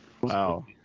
wow